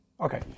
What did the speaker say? Okay